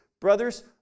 Brothers